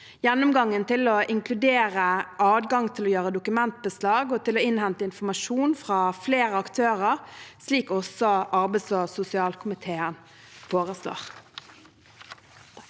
Gjennomgangen vil inkludere adgang til å gjøre dokumentbeslag og til å innhente informasjon fra flere aktører, slik også arbeids- og sosialkomiteen foreslår.